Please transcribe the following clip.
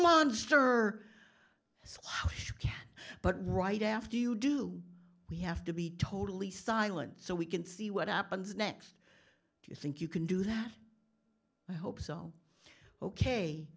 monster but right after you do we have to be totally silent so we can see what happens next do you think you can do that i hope so ok